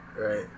Right